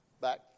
back